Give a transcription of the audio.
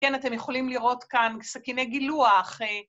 כן, אתם יכולים לראות כאן סכיני גילוח,